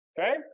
Okay